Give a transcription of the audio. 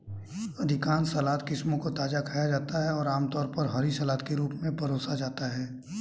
अधिकांश सलाद किस्मों को ताजा खाया जाता है और आमतौर पर हरी सलाद के रूप में परोसा जाता है